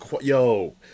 yo